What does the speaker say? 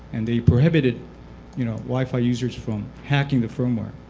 and they prohibited you know wi-fi users from hacking the firmware.